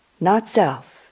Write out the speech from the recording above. not-self